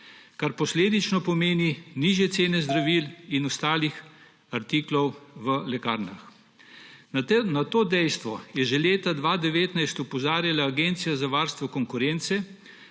kar posledično pomeni nižje cene zdravil in ostalih artiklov v lekarnah. Na to dejstvo je že leta 2019 opozarjala Agencija za varstvo konkurence